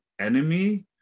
enemy